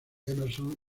emerson